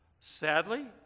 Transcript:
Sadly